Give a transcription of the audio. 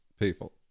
people